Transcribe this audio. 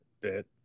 bit